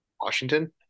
Washington